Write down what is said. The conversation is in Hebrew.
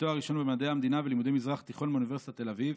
ותואר ראשון במדעי המדינה ולימודי מזרח תיכון באוניברסיטת תל אביב.